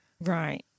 Right